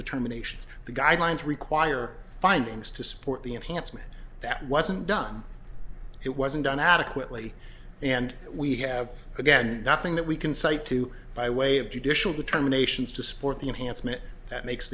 determinations the guidelines require findings to support the enhancement that wasn't done it wasn't done adequately and we have again nothing that we can cite to by way of judicial determination is to support the enhancement that makes